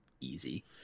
easy